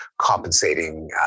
compensating